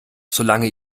solange